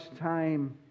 time